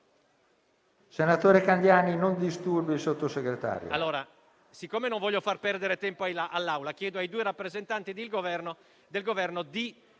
Senatore Candiani, non disturbi il Sottosegretario.